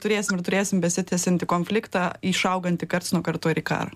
turėsim ir turėsim besitęsiantį konfliktą išaugantį karts nuo karto ir į karą